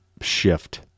shift